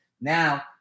Now